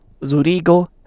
Zurigo